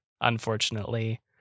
unfortunately